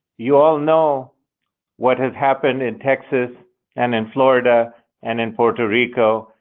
you all know what has happened in texas and in florida and in puerto rico,